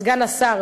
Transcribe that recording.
סגן השר,